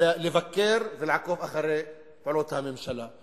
לבקר ולעקוב אחרי פעולות הממשלה.